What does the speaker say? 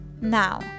Now